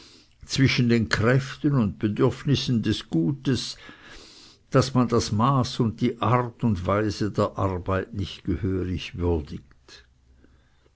zwischen den kräften und bedürfnissen des gutes daß man das maß und die art und weise der arbeit nicht gehörig würdigt